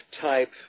type